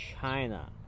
China